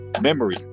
memory